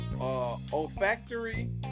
olfactory